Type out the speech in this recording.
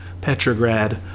Petrograd